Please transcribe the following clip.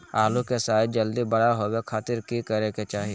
आलू के साइज जल्दी बड़ा होबे खातिर की करे के चाही?